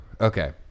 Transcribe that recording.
Okay